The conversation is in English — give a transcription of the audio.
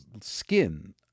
skin